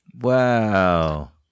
Wow